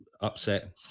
upset